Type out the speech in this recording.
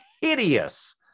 hideous